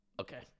Okay